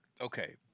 Okay